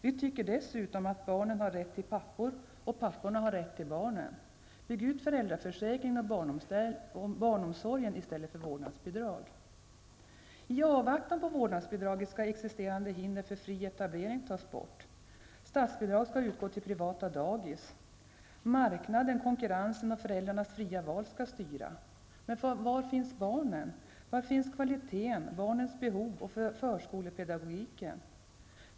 Vi tycker dessutom att barnen har rätt till papporna och att papporna har rätt till barnen. Bygg ut föräldraförsäkringen och barnomsorgen i stället för att införa vårdnadsbidrag. I avvaktan på vårdnadsbidraget skall existerande hinder för fri etablering tas bort. Statsbidrag skall utgå till privata dagis. Marknaden, konkurrensen och föräldrarnas fria val skall styra. Men var finns barnen? Var finns kvaliteten, barnens behov och förskolepedagogiken?